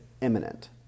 imminent